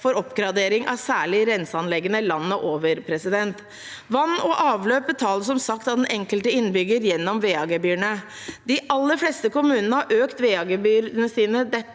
for oppgradering av særlig renseanleggene landet over. Vann og avløp betales som sagt av den enkelte innbygger gjennom VA-gebyrene. De aller fleste kommunene har økt VA-gebyrene sine det